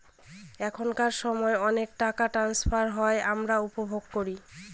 এখনকার সময় অনেক টাকা ট্রান্সফার হয় আমরা উপভোগ করি